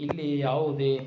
ಇಲ್ಲಿ ಯಾವುದೇ